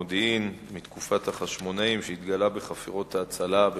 בנובמבר 2009 פורסם בעיתון